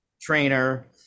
trainer